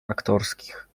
aktorskich